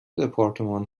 دپارتمان